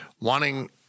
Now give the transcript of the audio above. wanting